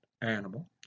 animal